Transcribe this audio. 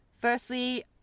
Firstly